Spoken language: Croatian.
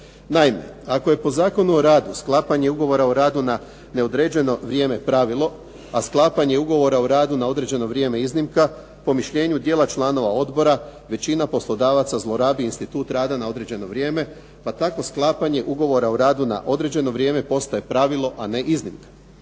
Naime, ako je po Zakonu o radu sklapanje ugovora o radu na neodređeno vrijeme pravilo, a sklapanje ugovora o radu na određeno vrijeme iznimka, po mišljenju djela članova odbora, većina poslodavaca zlorabi institut rada na određeno vrijeme, pa tako sklapanje ugovora o radu na određeno vrijeme postaje pravilo, a ne iznimka.